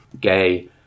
gay